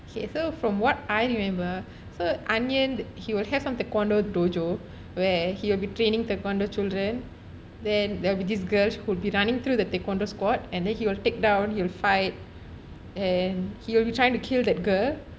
okay so from what I remember so anniyan he will have some taekwondo tujoh where he will be training taekwondo children then there will be this girls would be running through the taekwondo squat and then he will take down he will fight and he will be trying to kill that girl